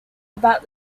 about